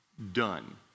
done